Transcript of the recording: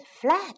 flat